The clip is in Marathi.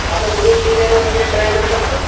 आपण वेज बिर्याणी वगैरे ट्राय करू शकतो